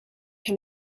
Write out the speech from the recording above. can